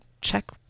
check